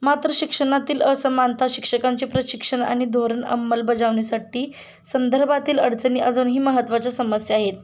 मात्र शिक्षणातील असमानता शिक्षकांचे प्रशिक्षण आणि धोरण अंमलबजावणेसाठी संदर्भातील अडचणी अजूनही महत्त्वाच्या समस्या आहेत